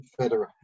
Federer